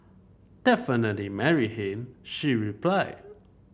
definitely marry him she replied